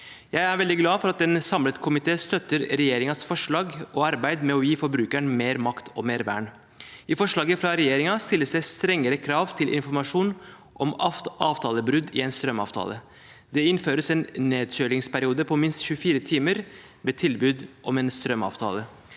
Jeg er veldig glad for at en samlet komité støtter regjeringens forslag og arbeid med å gi forbrukeren mer makt og mer vern. I forslaget fra regjeringen stilles det strengere krav til informasjon om avtalebrudd i en strømavtale. Det innføres en nedkjølingsperiode på minst 24 timer ved tilbud om en strømavtale.